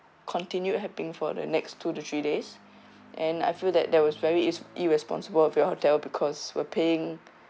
continued happening for the next two to three days and I feel that there was very ir~ irresponsible of your hotel because we're paying